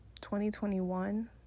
2021